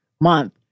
month